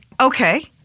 Okay